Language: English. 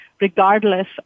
regardless